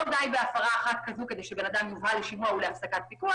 לא די בהפרה אחת כזו כדי שאדם יובא לשימוע ולהפסקת פיקוח,